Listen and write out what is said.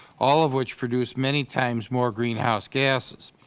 all of which produce many times more greenhouse gasses.